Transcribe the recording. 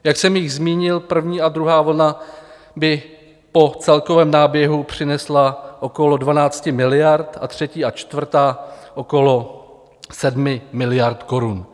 Jak jsem již zmínil, první a druhá vlna by po celkovém náběhu přinesla okolo 12 miliard a třetí a čtvrtá okolo 7 miliard korun.